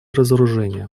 разоружения